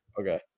Okay